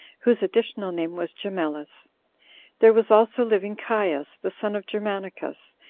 whose additional name was gemellus there was also living caius, the son of germanicus,